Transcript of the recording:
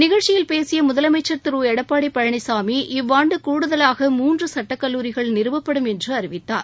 நிகழ்ச்சியில் பேசிய முதலமைச்ச்ள் திரு எடப்பாடி பழனிசாமி இவ்வாண்டு கூடுதலாக மூன்று சட்டக்கல்லூரிகள் நிறுவப்படும் என்று அறிவித்தார்